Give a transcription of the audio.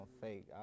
fake